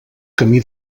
camí